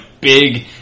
big